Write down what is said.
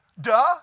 Duh